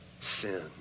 sin